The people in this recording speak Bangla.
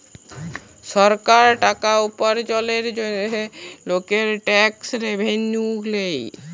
সরকার টাকা উপার্জলের জন্হে লকের ট্যাক্স রেভেন্যু লেয়